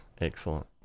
excellent